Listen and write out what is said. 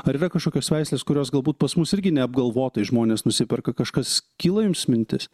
ar yra kažkokios veislės kurios galbūt pas mus irgi neapgalvotai žmonės nusiperka kažkas kyla jums mintis